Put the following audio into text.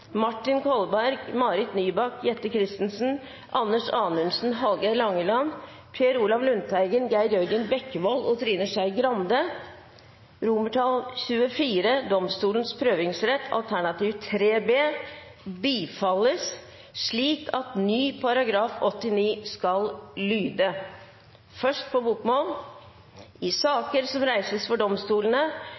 Martin Kolberg, Marit Nybakk, Jette F. Christensen, Anders Anundsen, Hallgeir H. Langeland, Per Olaf Lundteigen, Geir Jørgen Bekkevold og Trine Skei Grande, romertall XXIV , samtlige alternativer – bifalles ikke.» I